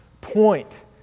point